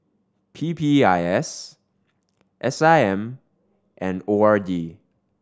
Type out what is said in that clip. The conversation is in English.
P P I S S I M and O R D